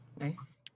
Nice